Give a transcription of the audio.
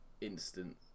instant